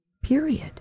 Period